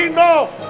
Enough